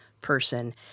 person